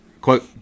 Quote